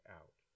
out